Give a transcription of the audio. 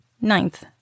Ninth